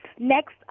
Next